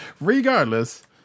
Regardless